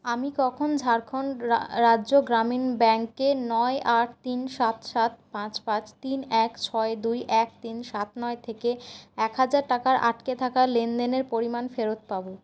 আমি কখন ঝাড়খন্ড রাজ্য গ্রামীণ ব্যাংকে নয় আট তিন সাত সাত পাঁচ পাঁচ তিন এক ছয় দুই এক তিন সাত নয় থেকে এক হাজার টাকার আটকে থাকা লেনদেনের পরিমাণ ফেরত পাবো